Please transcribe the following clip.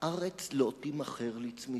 הארץ לא תימכר לצמיתות.